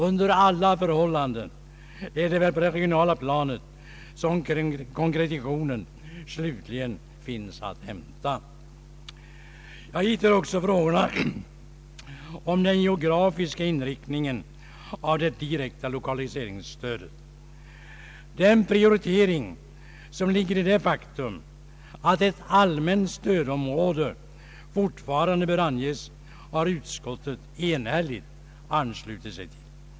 Under alla förhållanden är det väl på det regionala planet som konkretionen slutligen finns att hämta. Hit hör också frågorna om den geografiska inriktningen av det direkta 1okaliseringsstödet. Den prioritering som ligger i det faktum att ett allmänt stödområde fortfarande bör anges har utskottet enhälligt anslutit sig till.